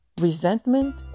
resentment